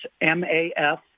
M-A-F